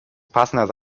passende